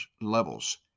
levels